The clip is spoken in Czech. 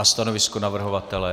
Stanovisko navrhovatele?